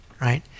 right